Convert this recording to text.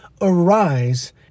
Arise